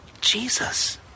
Jesus